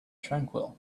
tranquil